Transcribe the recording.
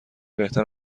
بهتر